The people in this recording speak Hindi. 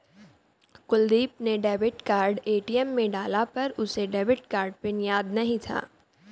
कुलदीप ने डेबिट कार्ड ए.टी.एम में डाला पर उसे डेबिट कार्ड पिन याद नहीं था